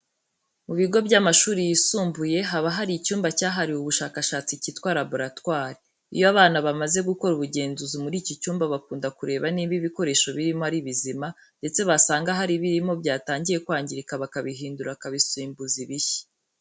Mu bigo by'amashuri yisumbuye haba hari icyumba cyahariwe ubushakashatsi cyitwa laboratwari. Iyo abantu bamaze gukora ubugenzuzi muri iki cyumba bakunda kureba niba ibikoresho birimo ari bizima, ndetse basanga hari ibirimo byatangiye kwangirika bakabihindura bakabisimbuza ibishya.